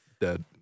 dead